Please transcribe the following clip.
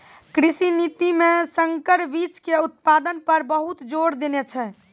कृषि नीति मॅ संकर बीच के उत्पादन पर बहुत जोर देने छै